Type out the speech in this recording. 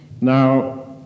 Now